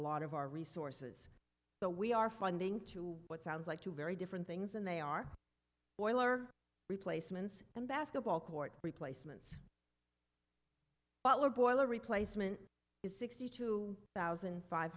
lot of our resources now we are funding to what sounds like two very different things and they are boiler replacements and basketball court replacements butler boiler replacement is sixty two thousand five